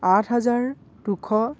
আঠ হাজাৰ দুশ